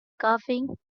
coughing